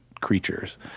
creatures